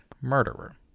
murderer